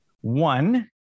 one